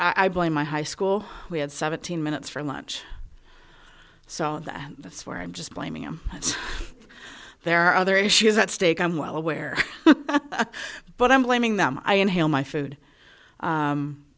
i blame my high school we had seventeen minutes for lunch so that that's where i'm just blaming him there are other issues at stake i'm well aware but i'm blaming them i inhale my food